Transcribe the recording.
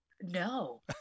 No